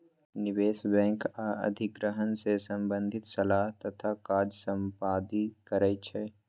निवेश बैंक आऽ अधिग्रहण से संबंधित सलाह तथा काज संपादित करइ छै